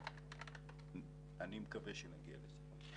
אני מקווה שנגיע לזה.